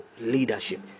leadership